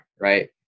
right